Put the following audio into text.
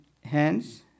hands